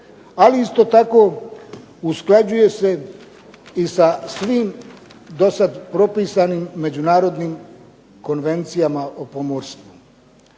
ali isto tako usklađuje se i sa svim dosad propisanim međunarodnim konvencijama o pomorstvu.